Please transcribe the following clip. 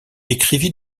écrivit